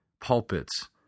pulpits